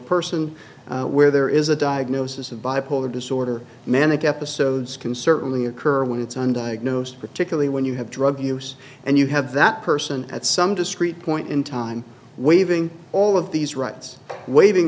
person where there is a diagnosis of bipolar disorder manic episodes can certainly occur when it's undiagnosed particularly when you have drug use and you have that person at some discreet point in time waving all of these rights waving